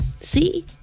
See